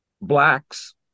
Blacks